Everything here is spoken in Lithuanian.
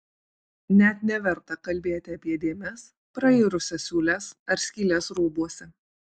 net neverta kalbėti apie dėmes prairusias siūles ar skyles rūbuose